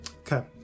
Okay